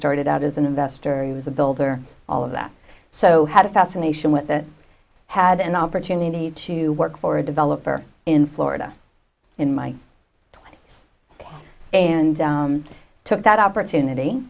started out as an investor he was a builder all of that so had a fascination with the had an opportunity to work for a developer in florida in my time and i took that opportunity